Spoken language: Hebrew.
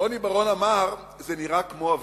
רוני בר-און אמר: זה נראה כמו עווית.